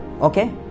Okay